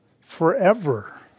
forever